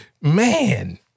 man